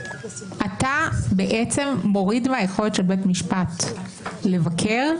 אתה מוריד מהיכולת של בית משפט לבקר,